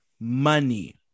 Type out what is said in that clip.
Money